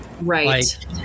Right